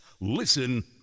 Listen